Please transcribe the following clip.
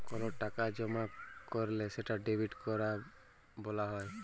call টাকা জমা ক্যরলে সেটা ডেবিট ক্যরা ব্যলা হ্যয়